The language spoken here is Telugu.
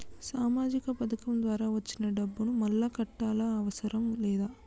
సామాజిక పథకం ద్వారా వచ్చిన డబ్బును మళ్ళా కట్టాలా అవసరం లేదా?